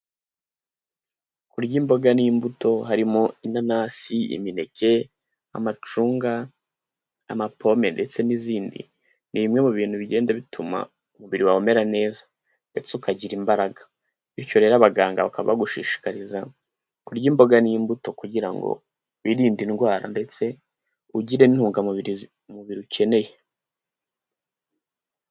Kurya imboga n'imbuto harimo inanasi, imineke, amacunga, amapome ndetse n'izindi ni bimwe mu bintu bigenda bituma umubiri wawe umera neza ndetse ukagira imbaraga, bityo rero abaganga bakaba bagushishikariza kurya imboga n'imbuto kugira ngo wirinde indwara ndetse ugire n'intungamubiri umubiri ukeneye.